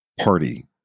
party